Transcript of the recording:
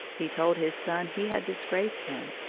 he told his son he had disgraced him.